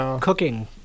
cooking